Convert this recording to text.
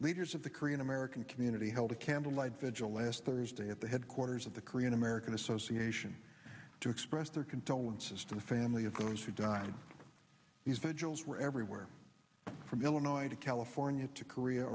leaders of the korean american community held a candlelight vigil last thursday at the headquarters of the korean american association to express their condolences to the family of those who died these vigils were everywhere from illinois to california to korea